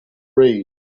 read